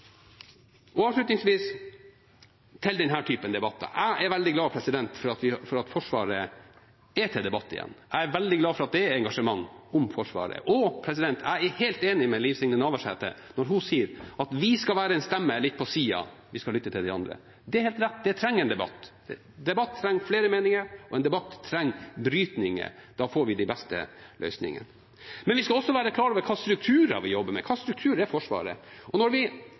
avslutningsvis til denne typen debatter si: Jeg er veldig glad for at Forsvaret er til debatt igjen. Jeg er veldig glad for at det er engasjement for Forsvaret. Og jeg er helt enig med Liv Signe Navarsete når hun sier at vi skal være en stemme litt på siden, at vi skal lytte til de andre. Det er helt rett, en debatt trenger det. En debatt trenger flere meninger, og en debatt trenger brytninger. Da får vi de beste løsningene. Men vi skal være også klar over hva slags strukturer vi jobber med. Hva slags struktur er Forsvaret? Og når